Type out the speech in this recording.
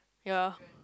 ya